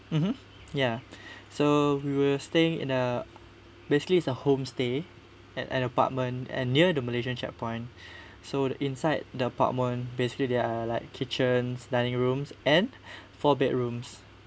mmhmm ya so we were staying in a basically it's a homestay at an apartment and near the malaysian checkpoint so inside the apartment basically there're like kitchens dining rooms and four bedrooms